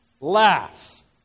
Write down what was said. laughs